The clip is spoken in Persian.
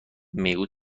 میگو